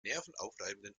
nervenaufreibenden